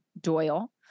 Doyle